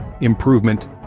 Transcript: improvement